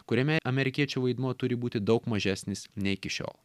kuriame amerikiečių vaidmuo turi būti daug mažesnis nei iki šiol